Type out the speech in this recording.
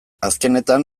azkenetan